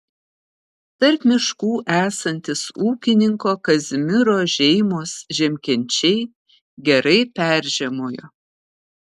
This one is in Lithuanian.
tarp miškų esantys ūkininko kazimiro žeimos žiemkenčiai gerai peržiemojo